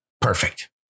Perfect